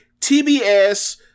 TBS